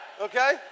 okay